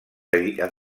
editar